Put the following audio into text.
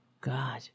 god